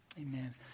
Amen